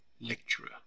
lecturer